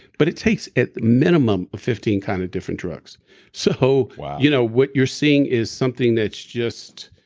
but it takes at minimum of fifteen kind of different drugs so wow you know what you're seeing is something that's just,